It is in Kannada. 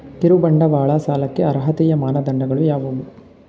ಕಿರುಬಂಡವಾಳ ಸಾಲಕ್ಕೆ ಅರ್ಹತೆಯ ಮಾನದಂಡಗಳು ಯಾವುವು?